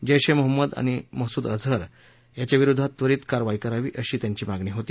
जैश ए मोहम्मद आणि मसूद अझहर विरुद्ध त्वरित कारवाई करावी अशी त्यांची मागणी होती